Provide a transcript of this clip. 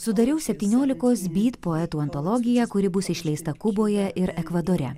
sudariau septyniolikos byt poetų antologiją kuri bus išleista kuboje ir ekvadore